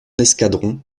escadron